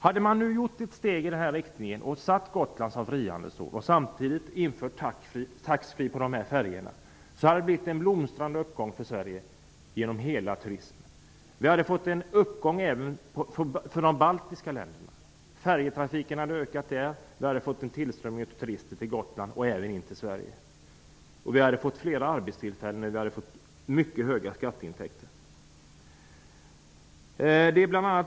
Hade man tagit ett steg i denna riktning och gjort Gotland till frihandelszon och dessutom samtidigt hade infört tax-free-försäljning på färjorna, hade det blivit en blomstrande uppgång för Sverige på hela turistområdet. Vi hade då fått en uppgång även för de baltiska länderna. Färjetrafiken på dessa hade ökat, och vi skulle ha fått en tillströmning till Gotland och även till det övriga Sverige. Vi hade fått flera arbetstillfällen och mycket höga skatteintäkter.